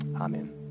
amen